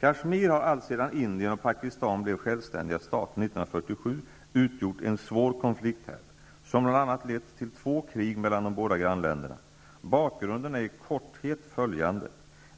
Kashmir har alltsedan Indien och Pakistan blev självständiga stater 1947 utgjort en svår konflikthärd, som bl.a. lett till två krig mellan de båda grannländerna. Bakgrunden är i korthet följande.